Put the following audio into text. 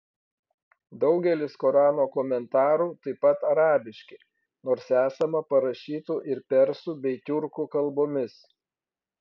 daugelis korano komentarų taip pat arabiški nors esama parašytų ir persų bei tiurkų kalbomis